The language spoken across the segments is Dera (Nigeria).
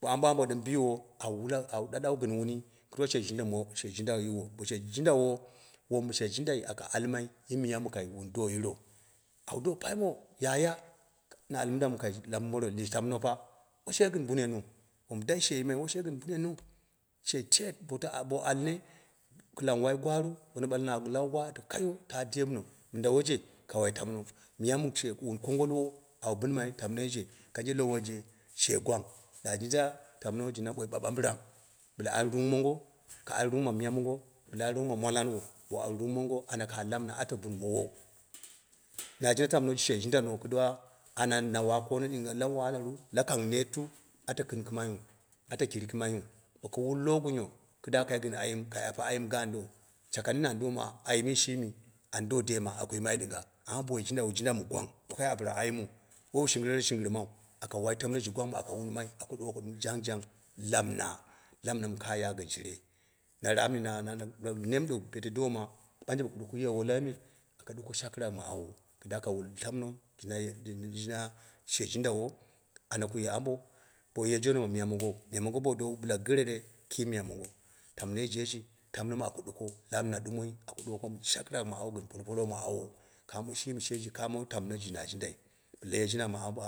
Bo ambo ambo ɗɨm biwo ata ɗaɗau gɨn wuni, kɨduwa she jindamo she jindayewo, bo she jindawo, wom she jindai aka almai yi miya mu kai wun do yiwo, awu do paimawo yaya na al minda mu, kai lammoro tamno fa woi she gɨn bunena wom dai she yimai woi she gɨn bunna she teet bo ala bo alle kilang wai gwaru ata kayo deewuno, mindawoje ka wai tamno, miyamu she wun kongdwo awu binma tamnoi je kanje lo woije she gwang na jin da tamnoije naɨ na ɓoi ɓaɓambiran bɨla al rung mongo, bɨla al rong ma miya mongo, bɨla al nang ma mwalanwo ba al rong mongo anya ka lamɨna ata junmowu na jinda tamno na ji she jindano kɨduwa anya na wa koono la wahda ru la kang netru ata kɨnkɨmoniu, ata kɨrkɨmaiu boko wul lowo gunyo kɨda kai gɨn ayim kai apa ayin gaanwo shaka nini an dooma ayimmi shimi ambo daema, amma boye jindawo jindawo mɨ gwang wo kai apɨra ayimmu, wo wu shingɨrere shingɨrɨmau aka wai tamno ji gwang mi aka walmai laku ɗuko ɗɨm jang jang ɗɨm lamɨna, lamɨna mɨ kaa ya gɨn shire. Na raapni nanana nem do pete dooma banje bo ku doku ye wulai me aka duko shakɨrak ma ao kida ka wul tamno jin jina she jindaw ana ka ye ambo bo ye joono ma miya mongou, miyo mongo bowu doowu miya mongo bo dowu wu gɨrere ki miya mongo, tam noije tamno mi aku duko la mina ɗumoi aku ɗuko ɗim shakirak ma awo gɨn polopolok ma aw kaamo shimi sheji tamno mi na jindai bila ye jind miya bo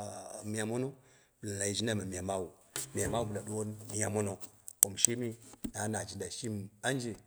miya mamo bila na ye jinda ma miya mawu, miyamawu bɨla wu ɗuwowu miya mono wom shimi na na jindai banje.